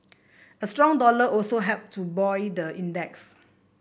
a strong dollar also helped to buoy the index